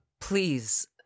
please